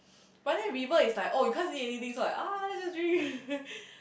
but then river is like oh you can't eat anything so like ah let's just drink